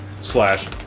slash